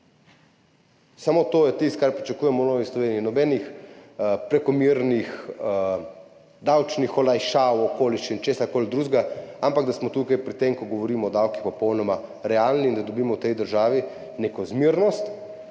Samo to je tisto, kar pričakujemo v Novi Sloveniji, nobenih prekomernih davčnih olajšav, okoliščin, česarkoli drugega, ampak da smo tukaj pri tem, ko govorimo o davkih, popolnoma realni in da dobimo v tej državi neko zmernost,